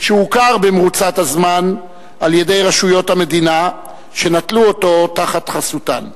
שהוכר במרוצת הזמן על-ידי רשויות המדינה והן נטלו אותו תחת חסותן.